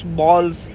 balls